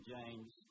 James